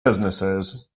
businesses